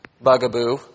Bugaboo